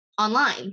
online